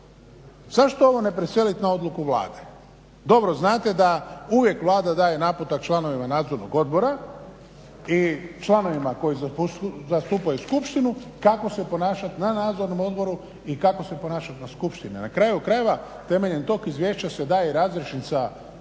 Zašto ovo ne preseliti na odluku Vlade? Dobro znate da uvijek Vlada daje naputak članovima nadzornog odbora i članovima koji zastupaju skupštinu kako se ponašati na nadzornom odboru i kako se ponašati na skupštini. A na kraju krajeva temeljem tog izvješća se daje razrješnica